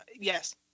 Yes